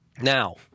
Now